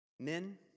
Men